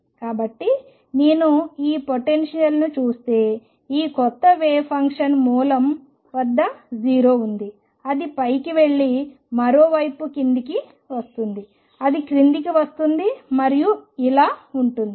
కాబట్టి నేను ఈ పొటెన్షియల్ను చూస్తే ఈ కొత్త వేవ్ ఫంక్షన్ మూలంఆరిజిన్ వద్ద 0 ఉంది అది పైకి వెళ్లి మరోవైపు క్రిందికి వస్తుంది అది క్రిందికి వస్తుంది మరియు ఇలా ఉంటుంది